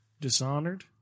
Dishonored